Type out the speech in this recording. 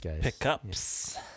Pickups